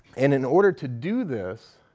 and in order to do this,